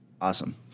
Awesome